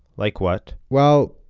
like what? well,